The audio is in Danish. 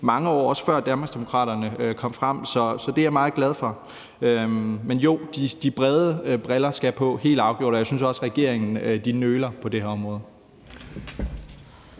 mange år, også før Danmarksdemokraterne kom frem, så det er jeg meget glad for. Men jo, de brede briller skal helt afgjort på, og jeg synes også, regeringen nøler på det her område.